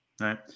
right